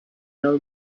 know